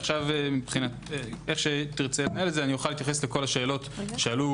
עכשיו איך שתרצו אוכל להתייחס לכל השאלות שעלו